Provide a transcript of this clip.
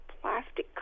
plastic